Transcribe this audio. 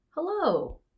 Hello